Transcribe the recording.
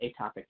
atopic